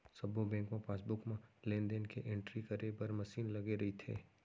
सब्बो बेंक म पासबुक म लेन देन के एंटरी करे बर मसीन लगे रइथे